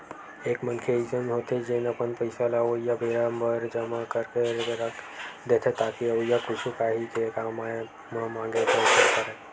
एक मनखे अइसन होथे जेन अपन पइसा ल अवइया बेरा बर जमा करके के रख देथे ताकि अवइया कुछु काही के कामआय म मांगे बर झन परय